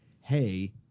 hey